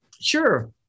Sure